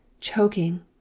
choking